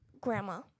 Grandma